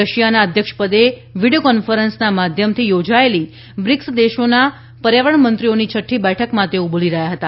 રશિયાના અધ્યક્ષ પદે વીડિયો કોન્ફરન્સ માધ્યમવળે યોજાયેલી બ્રિક્સ દેશોના પર્યાવરણ મંત્રીઓની છઠ્ઠી બેઠકમાં તેઓ બોલી રહ્યા હતા